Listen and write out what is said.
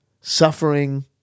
suffering